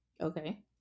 Okay